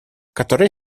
которые